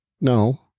no